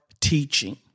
teaching